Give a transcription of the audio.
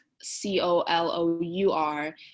C-O-L-O-U-R